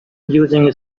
using